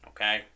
okay